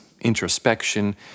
introspection